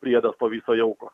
priedas to viso jauko